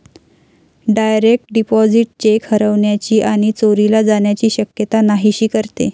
direct deposit cheque हरवण्याची आणि चोरीला जाण्याची शक्यता नाहीशी करते